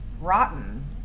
rotten